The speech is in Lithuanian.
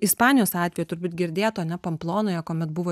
ispanijos atvejo turbūt girdėto pamplonoje kuomet buvo